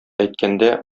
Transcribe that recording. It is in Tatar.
әйткәндә